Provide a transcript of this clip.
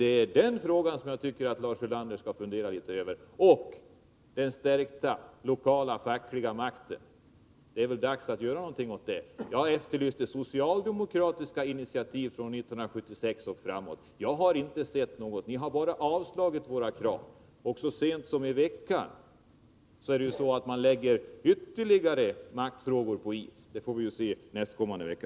Det är den frågan som jag tycker att Lars Ulander skall fundera litet över. Det är också dags att göra någonting beträffande den stärkta lokala fackliga makten. Jag efterlyste socialdemokratiska initiativ från 1976 och framåt. Jag har inte sett några. Ni har bara avslagit våra krav. Och så sent som i veckan lade ni ytterligare maktfrågor på is — det får vi se nästkommande vecka.